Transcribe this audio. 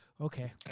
okay